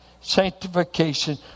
sanctification